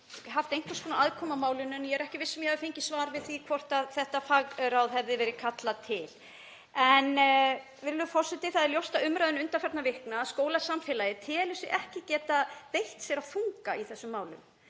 hefur haft einhvers konar aðkomu að málinu, en ég er ekki viss um að ég hafi fengið svar við því hvort þetta fagráð hafi verið kallað til. Virðulegur forseti. Það er ljóst af umræðu undanfarna vikna að skólasamfélagið telur sig ekki geta beitt sér af þunga í þessum málum.